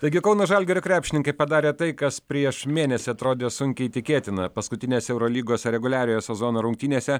taigi kauno žalgirio krepšininkai padarė tai kas prieš mėnesį atrodė sunkiai tikėtina paskutinėse eurolygos reguliariojo sezono rungtynėse